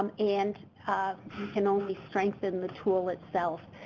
um and um can only strengthen the tool itself.